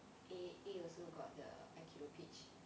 A A also got the